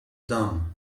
dumb